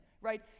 right